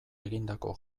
egindako